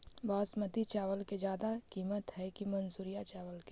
बासमती चावल के ज्यादा किमत है कि मनसुरिया चावल के?